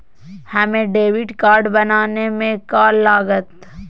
हमें debit card बनाने में का लागत?